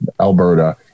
Alberta